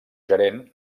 gerent